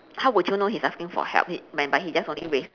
how would you know he's asking for help he but when he just only raise